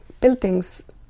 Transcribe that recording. Buildings